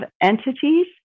entities